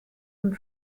und